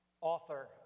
author